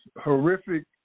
horrific